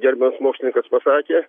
gerbiamas mokslininkas pasakė